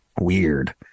Weird